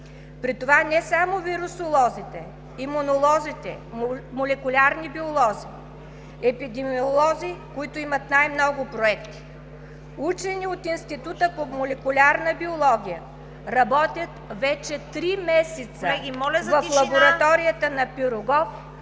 При това не само вирусолозите, имунолозите, молекулярни биолози, епидемиолози, които имат най-много проекти. Учени от Института по молекулярна биология работят вече три месеца в лабораторията на „Пирогов“